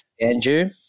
Andrew